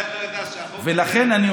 הרי אתה יודע שלחוק הזה, אין לו שום משמעות.